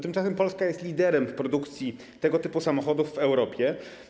Tymczasem Polska jest liderem w produkcji tego typu samochodów w Europie.